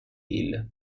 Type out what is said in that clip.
hill